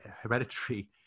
hereditary